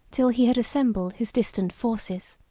till he had assembled his distant forces.